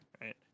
right